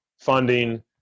funding